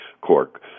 cork